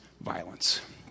violence